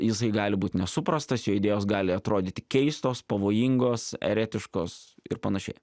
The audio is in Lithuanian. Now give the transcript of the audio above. jisai gali būt nesuprastas jei idėjos gali atrodyti keistos pavojingos eretiškos ir panašiai